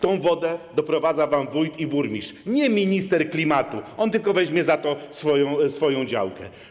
Tę wodę doprowadzają wam wójt i burmistrz, nie minister klimatu, on tylko weźmie za to swoją działkę.